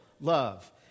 love